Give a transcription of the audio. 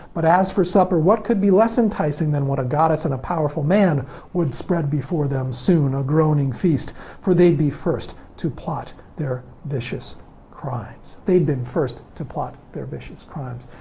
but as for supper, what could be less enticing than what a goddess and powerful man would spread before them soon a groaning feast for they'd be first to plot their vicious crimes. they've been first to plot their vicious crimes.